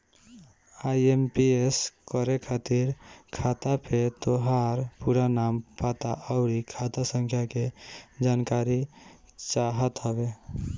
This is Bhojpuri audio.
आई.एम.पी.एस करे खातिर खाता पे तोहार पूरा नाम, पता, अउरी खाता संख्या के जानकारी चाहत हवे